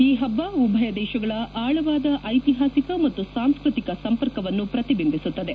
ಈ ಹಬ್ನ ಉಭಯ ದೇಶಗಳ ಆಳವಾದ ಐತಿಹಾಸಿಕ ಮತ್ತು ಸಾಂಸ್ಪತಿಕ ಸಂಪರ್ಕವನ್ನು ಪ್ರತಿಬಿಂಬಿಸುತ್ತದೆ